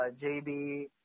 JB